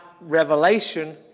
revelation